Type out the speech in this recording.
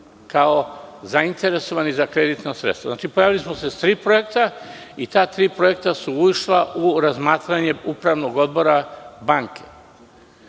kao zainteresovani za kreditna sredstva. Pojavili smo se sa tri projekta i ta tri projekta su ušla u razmatranje upravnog odbora banke. Ovaj